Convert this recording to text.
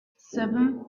seven